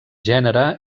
gènere